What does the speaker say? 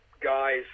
guys